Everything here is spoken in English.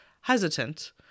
hesitant